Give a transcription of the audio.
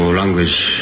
language